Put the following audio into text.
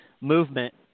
movement